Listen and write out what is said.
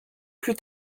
plus